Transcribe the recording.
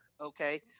okay